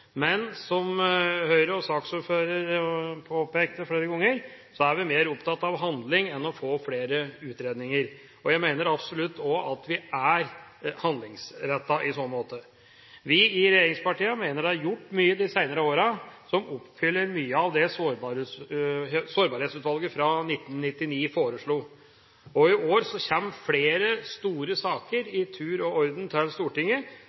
men som Høyre og saksordføreren påpekte flere ganger, er vi mer opptatt av handling enn av å få flere utredninger. Jeg mener absolutt også at vi er handlingsrettet i så måte. Vi i regjeringspartiene mener det er gjort mye de senere årene som oppfyller mye av det Sårbarhetsutvalget fra 1999 foreslo. I år kommer flere store saker i tur og orden til Stortinget